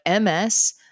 MS